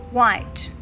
White